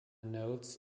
notes